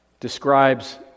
Describes